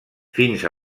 fins